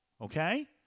Okay